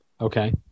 Okay